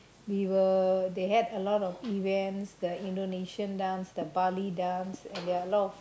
we were they had a lot of events the Indonesian dance the Bali dance and there are a lot of